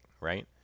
right